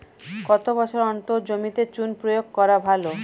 কত বছর অন্তর জমিতে চুন প্রয়োগ করা ভালো?